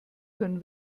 können